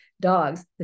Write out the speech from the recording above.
dogs